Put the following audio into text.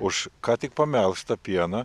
už ką tik pamelžtą pieną